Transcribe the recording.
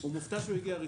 הוא מופתע שהוא הגיע ראשון.